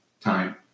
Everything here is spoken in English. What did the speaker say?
time